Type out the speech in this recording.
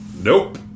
nope